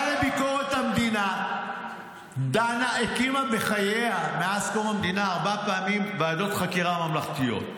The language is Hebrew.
לביקורת המדינה הקימה בחייה ארבע פעמים ועדות חקירה ממלכתיות: